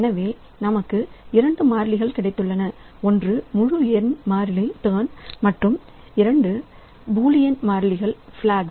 எனவே நமக்கு இரண்டு மாறிகள் கிடைத்துள்ளன ஒன்று முழு எண் மாறி டர்ன் மற்றும் இரண்டு பூலியன் மாறிகள் பிளாக்